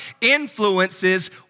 influences